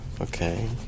Okay